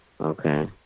Okay